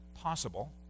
possible